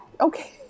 okay